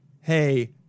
hey